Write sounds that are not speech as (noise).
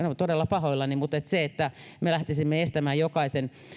(unintelligible) olen todella pahoillani mutta se että me lähtisimme estämään jokaisen